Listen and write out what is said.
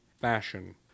fashion